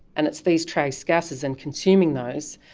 and it's these trace gases and consuming those,